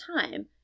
time